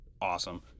awesome